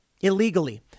illegally